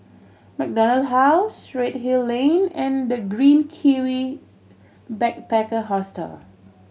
MacDonald House Redhill Lane and The Green Kiwi Backpacker Hostel